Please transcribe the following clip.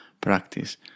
practice